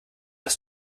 das